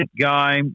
guy